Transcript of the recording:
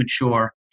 mature